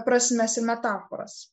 prasmes ir metaforas